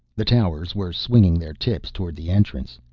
the towers were swinging their tips toward the entrance.